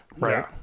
Right